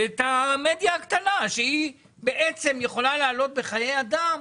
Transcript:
ואת המדיה הקטנה שהיא בעצם יכולה לעלות בחיי אדם,